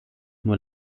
nur